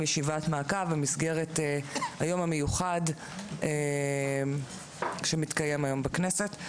ישיבת מעקב במסגרת היום המיוחד שמתקיים היום בכנסת.